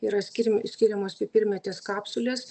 yra skiriami skiriamos pipirmėtės kapsulės